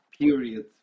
period